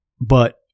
but-